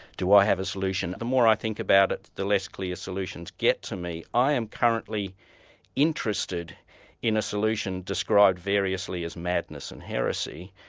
do i have a solution? the more i think about it, the less clear solutions get to me. i am currently interested in a solution described variously as madness and heresy,